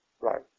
Right